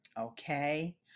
okay